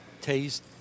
taste